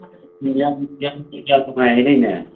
ꯌꯥꯝ ꯅꯨꯡꯉꯥꯏ ꯍꯥꯏꯅꯩꯅꯦ